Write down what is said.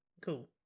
cool